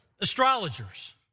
astrologers